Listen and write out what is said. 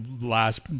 last